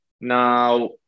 Now